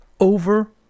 over